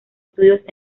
studios